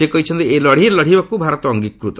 ସେ କହିଛନ୍ତି ଏହି ଲଢ଼େଇ ଲଢ଼ିବାକୁ ଭାରତ ଅଙ୍ଗିକୃତ